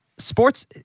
Sports